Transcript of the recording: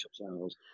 channels